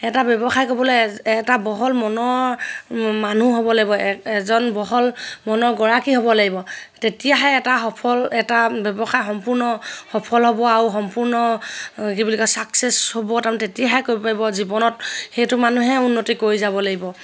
এটা ব্যৱসায় কৰিবলে এটা বহল মনৰ মানুহ হ'ব লাগিব এজন বহল মনৰ গৰাকী হ'ব লাগিব তেতিয়াহে এটা সফল এটা ব্যৱসায় সম্পূৰ্ণ সফল হ'ব আৰু সম্পূৰ্ণ কি বুলি কয় ছাকচেছ হ'ব তাৰমানে তেতিয়াহে কৰিব পাৰিব জীৱনত সেইটো মানুহে উন্নতি কৰি যাব লাগিব